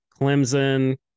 clemson